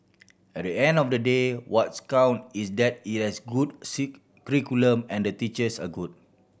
at the end of the day what's count is that it has a good curriculum and the teachers are good